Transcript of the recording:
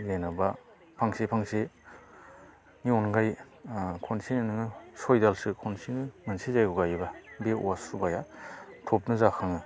जेन'बा फांसे फांसेनि अनगायै ओ खनसे नोङो सयदालसो खनसेनो मोनसे जायगायाव गायोब्ला बे औवा सुबाया थाबनो जाखाङो